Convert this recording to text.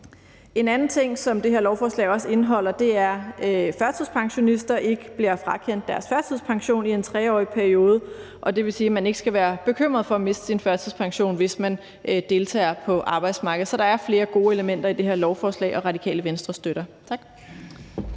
En anden ting, som det her forslag indeholder, er, at førtidspensionister ikke bliver frakendt deres førtidspension i en 3-årig periode, og det vil sige, at man ikke skal være bekymret for at miste sin førtidspension, hvis man deltager på arbejdsmarkedet. Så der er flere gode elementer i det her lovforslag, og Radikale Venstre støtter det.